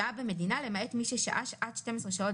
שהה במדינה למעט מי ששהה עד 12 שעות